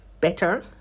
better